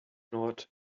nord